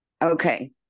Okay